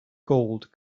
gold